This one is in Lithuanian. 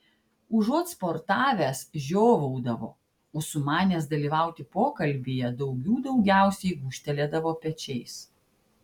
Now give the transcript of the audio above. užuot sportavęs žiovaudavo o sumanęs dalyvauti pokalbyje daugių daugiausiai gūžtelėdavo pečiais